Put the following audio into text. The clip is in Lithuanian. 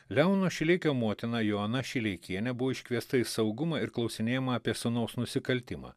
leono šileikio motina joana šileikienė buvo iškviesta į saugumą ir klausinėjama apie sūnaus nusikaltimą